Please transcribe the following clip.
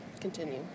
Continue